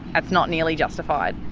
it's not nearly justified.